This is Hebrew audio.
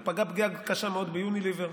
זה פגע פגיעה קשה מאוד ביוניליוור.